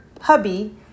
hubby